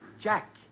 Jack